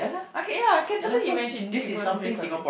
I can ya I can totally imagine people brainstorming